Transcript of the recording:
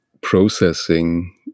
processing